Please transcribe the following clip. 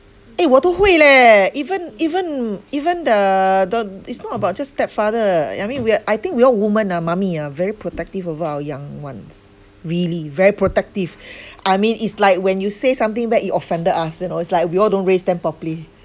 eh 我都会 leh even even even the the it's not about just stepfather I mean we are I think we all women ah mummy ah very protective over our young ones really very protective I mean it's like when you say something bad you offended us you know it's like we all don't raise them properly